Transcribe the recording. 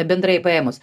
bendrai paėmus